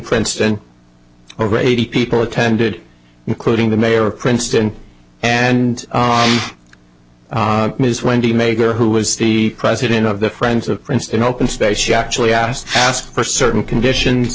princeton over eighty people attended including the mayor of princeton and ms wendy mager who was the president of the friends of princeton open space she actually asked ask for certain conditions